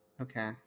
Okay